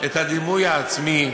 את הדימוי העצמי